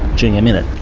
gm in it.